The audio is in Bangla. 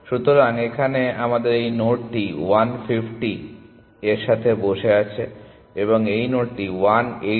সুতরাং এখানে আমাদের এই নোডটি 150 এর সাথে বসে আছে এবং এই নোডটি 180 এর সাথে বসে আছে